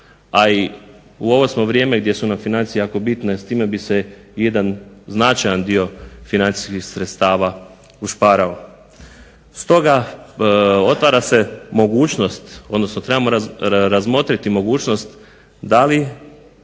A i u ovo smo vrijeme gdje su nam financije jako bitne, s time bi se jedan značajan dio financijskih sredstava ušparao. Stoga otvara se mogućnost odnosno trebamo razmotriti mogućnost da li